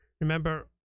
Remember